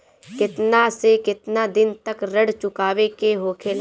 केतना से केतना दिन तक ऋण चुकावे के होखेला?